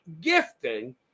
gifting